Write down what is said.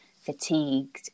fatigued